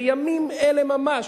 בימים אלה ממש,